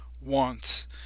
wants